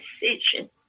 decision